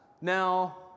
Now